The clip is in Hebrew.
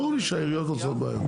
ברור לי שהעיריות עושות בעיות.